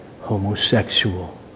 homosexual